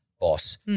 Boss